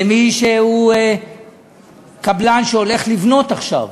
ומי שהוא קבלן שהולך לבנות עכשיו,